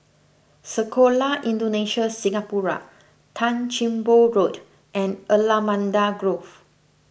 Sekolah Indonesia Singapura Tan Sim Boh Road and Allamanda Grove